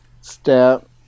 step